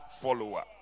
follower